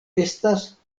estas